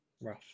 Rough